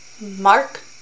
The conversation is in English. Mark